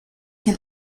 can